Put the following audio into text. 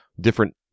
different